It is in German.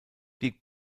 die